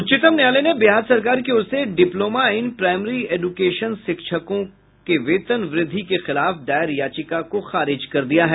उच्चतम न्यायालय ने बिहार सरकार की ओर से डिप्लोमा इन प्राइमरी एजुकेशन शिक्षकों के वेतन वृद्धि के खिलाफ दायर याचिका को खारिज कर दिया है